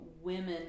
women